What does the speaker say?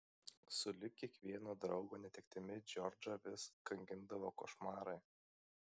sulig kiekvieno draugo netektimi džordžą vis kankindavo košmarai